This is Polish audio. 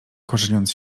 korzeniąc